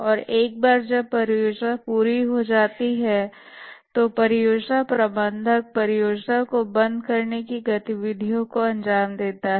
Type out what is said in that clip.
और एक बार जब परियोजना पूरी हो जाती है तो परियोजना प्रबंधक परियोजना को बंद करने की गतिविधियों को अंजाम देता है